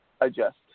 adjust